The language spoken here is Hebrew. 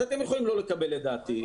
אז אתם יכולים לא לקבל את דעתי.